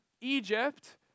Egypt